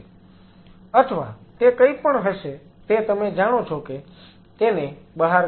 અથવા તે કંઈપણ હશે તે તમે જાણો છો કે તેને બહાર કાઢશે